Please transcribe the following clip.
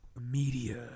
media